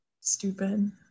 Stupid